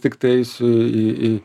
tiktai eisiu į į